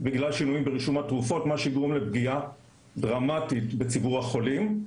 בגלל שינוי ברישום התרופות שיגרום לפגיעה דרמטית בציבור החולים.